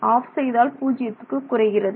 app செய்தால் பூஜ்யத்துக்கு குறைகிறது